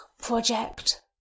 project